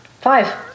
five